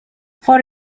for